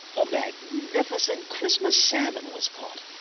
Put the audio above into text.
a magnificent christmas salmon was caught.